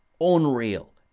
unreal